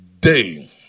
day